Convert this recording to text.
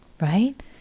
right